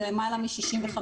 למעלה מ-65%,